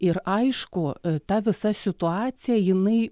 ir aišku ta visa situacija jinai